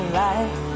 life